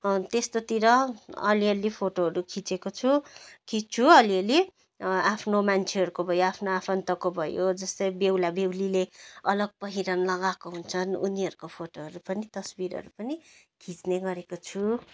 त्यस्तोतिर अलि अलि फोटोहरू खिचेको छु खिच्दछु अलि अलि आफ्नो मान्छेहरूको भयो आफ्नो आफन्तको भयो जस्तो बेहुला बेहुलीले अलग पहिरन लगाएका हुन्छन् उनीहरूको फोटोहरू पनि तस्बिरहरू पनि खिच्ने गरेको छु